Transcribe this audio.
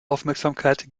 aufmerksamkeit